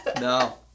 No